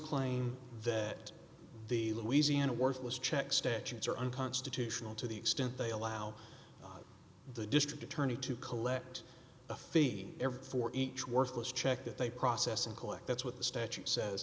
claim that the louisiana worthless check statutes are unconstitutional to the extent they allow the district attorney to collect a fee ever for each worthless check that they process and collect that's what the statute says